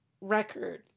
record